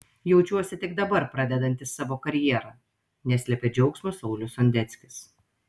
jaučiuosi tik dabar pradedantis savo karjerą neslepia džiaugsmo saulius sondeckis